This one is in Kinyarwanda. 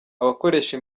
abakoresha